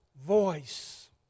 voice